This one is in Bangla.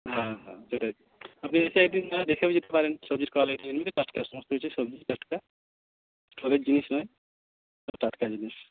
হ্যাঁ হ্যাঁ সেটাই আপনি এসে একদিন নাহয় দেখেও যেতে পারেন সবজির কোয়ালিটি এমনিতে টাটকা সমস্ত কিছু সবজি টাটকা স্টোরের জিনিস নয় সব টাটকা জিনিস